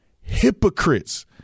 hypocrites